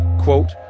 quote